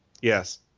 Yes